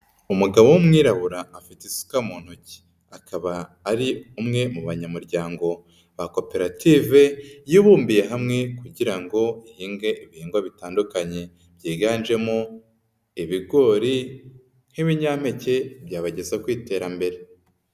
Umugabo w'umwirabura afite isuka mu ntoki. Akaba ari umwe mu banyamuryango ba koperative yibumbiye hamwe kugira ngo ihinge ibihingwa bitandukanye byiganjemo ibigori nk'ibinyampeke byabageza ku iterambere.